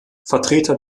vertreter